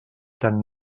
tan